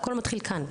הכול מתחיל כאן,